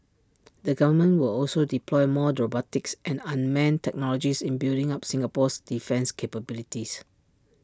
the government will also deploy more robotics and unmanned technologies in building up Singapore's defence capabilities